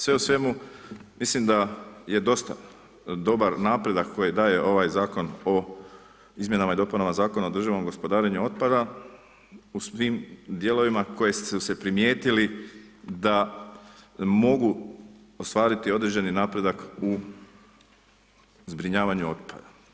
Sve u svemu mislim da je dosta dobar napredak koji daje ovaj Zakon o izmjenama i dopuna Zakona o državnom gospodarenju otpada, u svim dijelovima koji su se primijetili da mogu ostvariti određeni napredak u zbrinjavanju otpada.